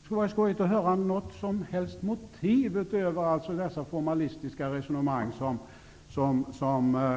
Det skulle vara skojigt att få något som helst motiv utöver dessa formalistiska resonemang som